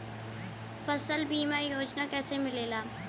फसल बीमा योजना कैसे मिलेला?